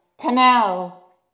Canal